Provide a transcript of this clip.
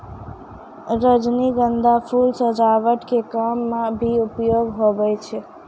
रजनीगंधा फूल सजावट के काम मे भी प्रयोग हुवै छै